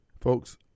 folks